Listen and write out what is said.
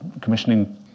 commissioning